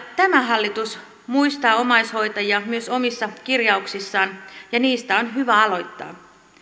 tämä hallitus muistaa omaishoitajia myös omissa kirjauksissaan ja niistä on hyvä aloittaa